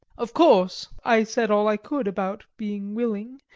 of course i said all i could about being willing,